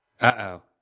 uh-oh